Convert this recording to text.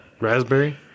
Raspberry